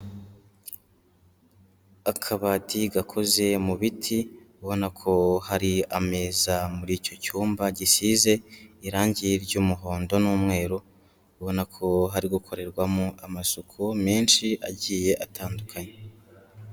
Akabati gakoze mu biti, ubona ko hari ameza muri icyo cyumba gisize irangi ry'umuhondo n'umweru, ubona ko hari gukorerwamo amasuku menshi agiye atandukanye.